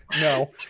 no